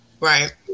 Right